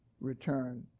return